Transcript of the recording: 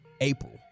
April